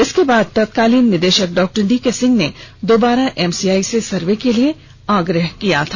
इसके बाद तत्कालीन निदेशक डॉ डीके सिहं ने दोबारा एमसीआई से सर्वे के लिए आग्रह किया था